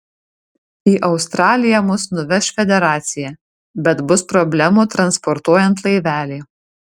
į australiją mus nuveš federacija bet bus problemų transportuojant laivelį